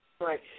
Right